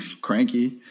Cranky